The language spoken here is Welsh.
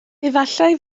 efallai